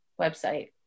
website